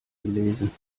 gelesen